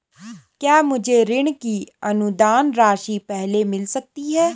क्या मुझे ऋण की अनुदान राशि पहले मिल सकती है?